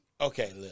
okay